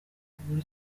kugura